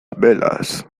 velas